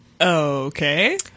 Okay